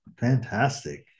fantastic